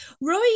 Roy